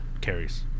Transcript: carries